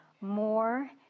more